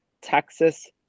Texas